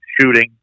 shooting